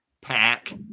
pack